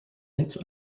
into